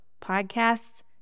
podcasts